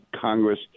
congress